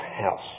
house